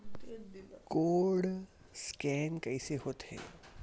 Code scan कइसे होथे?